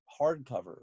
hardcover